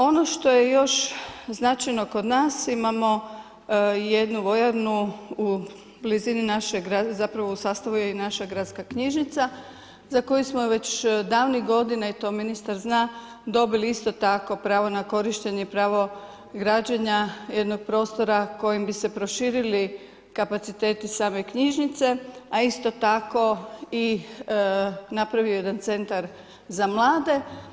Ono što je još značajno kod nas imamo jednu vojarnu u blizini, zapravo u sastavu je i naša gradska knjižnica za koju smo već davnih godina i to ministar zna, dobili isto tako pravo na korištenje, pravo građenja jednog prostora kojim bi se proširili kapaciteti same knjižnice, a isto tako i napravio i jedan centar za mlade.